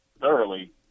thoroughly